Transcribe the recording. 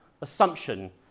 assumption